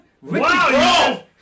wow